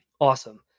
Awesome